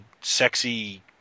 sexy